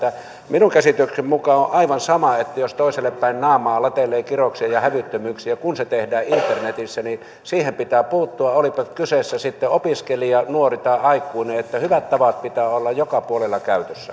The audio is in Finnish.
minun käsitykseni mukaan se jos toiselle päin naamaa latelee kirouksia ja hävyttömyyksiä on aivan sama kuin jos se tehdään internetissä ja siihen pitää puuttua olipa kyseessä sitten opiskelija nuori tai aikuinen että hyvien tapojen pitää olla joka puolella käytössä